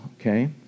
Okay